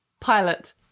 Pilot